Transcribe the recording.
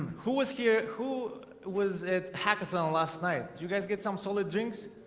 who was here? who was it hackathon last night. do you guys get some solid drinks?